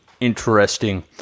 interesting